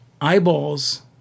eyeballs